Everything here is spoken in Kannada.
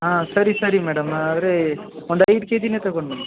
ಹಾಂ ಸರಿ ಸರಿ ಮೇಡಮ್ ಆದರೆ ಒಂದು ಐದು ಕೆ ಜಿನೆ ತೊಗೊಂಡು ಬನ್ನಿ